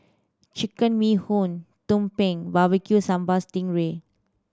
Chicken Bee Hoon tumpeng Barbecue Sambal sting ray